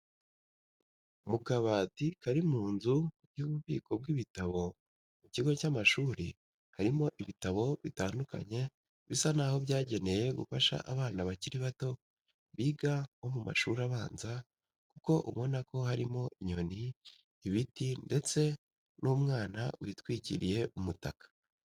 Mu kabati kari mu nzu y'ububiko bw'ibitabo mu kigo cy'ishuri harimo ibitabo bitandukanye bisa naho byagenewe gufasha abana bakiri bato biga nko mu mashuri abanza kuko ubona ko hariho inyoni, ibiti ndetse n'umwana witwikiriye umutaka.